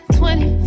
twenty